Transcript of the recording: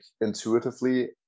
intuitively